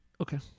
Okay